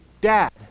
dad